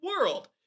world